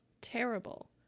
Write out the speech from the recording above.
terrible